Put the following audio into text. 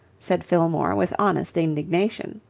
said fillmore with honest indignation.